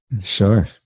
Sure